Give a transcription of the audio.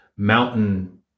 mountain